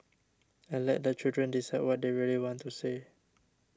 and let the children decide what they really want to say